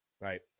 Right